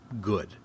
good